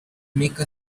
make